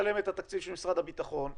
ונשלם את התקציב של משרד הביטחון,